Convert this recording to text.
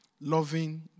Loving